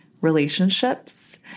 relationships